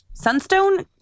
Sunstone